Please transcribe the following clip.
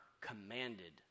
commanded